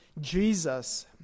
Jesus